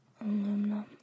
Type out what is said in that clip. Aluminum